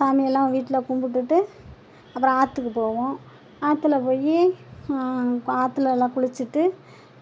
சாமியெல்லாம் வீட்டில் கும்பிட்டுட்டு அப்புறம் ஆற்றுக்கு போவோம் ஆற்றுல போய் ஆற்றுலல்லாம் குளிச்சுட்டு